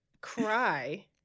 cry